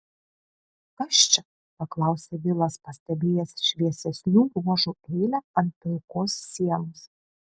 kas čia paklausė vilas pastebėjęs šviesesnių ruožų eilę ant pilkos sienos